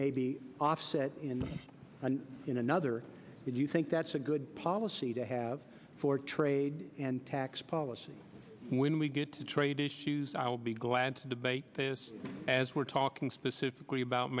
may be offset in another and you think that's a good policy to have for trade and tax policy when we get to trade issues i'll be glad to debate this as we're talking specifically about